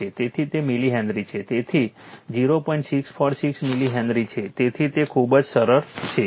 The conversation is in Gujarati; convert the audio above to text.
તેથી તેવી જ રીતે આ એક L2 √ એક્સાઇટીંગ કોઇલ 2 i2 1 એમ્પીયરની ગણતરી કરવી જોઈએ અને i1 0 લેવું જોઈએ કૃપા કરીને તે જાતે કરો જવાબો આપવામાં આવ્યા નથી